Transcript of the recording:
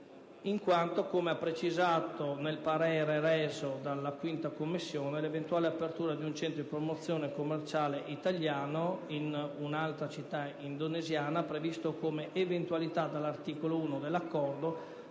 in quanto, come precisato nel parere reso dalla 5a Commissione, l'eventuale apertura di un Centro di promozione commerciale italiano in altra città indonesiana, previsto come eventualità dall'articolo 1 dell'accordo,